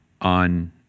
on